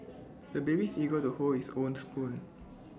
the baby is eager to hold his own spoon